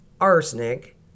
Arsenic